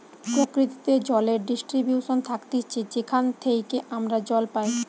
প্রকৃতিতে জলের ডিস্ট্রিবিউশন থাকতিছে যেখান থেইকে আমরা জল পাই